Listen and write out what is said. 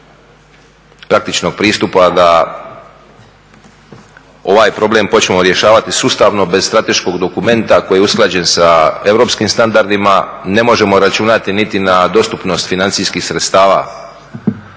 praktičnog pristupa da ovaj problem počnemo rješavati sustavno bez strateškog dokumenta koji je usklađen sa europskim standardima. Ne možemo računati niti na dostupnost financijskih sredstava